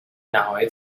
نهایی